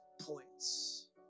points